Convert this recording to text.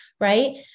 right